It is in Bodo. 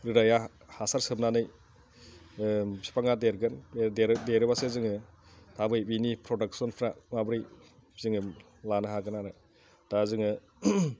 रोदाया हासार सोबनानै बिफाङा देरगोन देरोब्लासो जोङो थाबै बिनि प्रडाकसनफ्रा माब्रै जोङो लानो हागोन आरो दा जोङो